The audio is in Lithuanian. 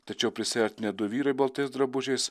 tačiau prisiartinę du vyrai baltais drabužiais